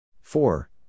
four